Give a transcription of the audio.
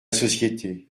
société